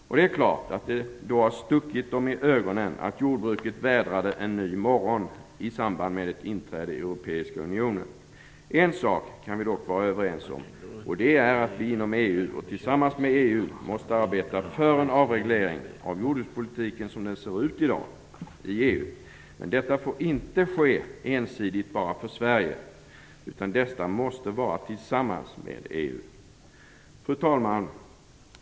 Och det är klart att det då har stuckit dem i ögonen att jordbruket vädrade en ny morgon i samband med ett inträde i Europeiska unionen. En sak kan vi dock vara överens om, och det är att vi inom EU och tillsammans med EU måste arbeta för en avreglering av jordbrukspolitiken som den ser ut i dag i EU. Men detta får inte ske ensidigt för Sverige, utan det måste göras tillsammans med EU. Fru talman!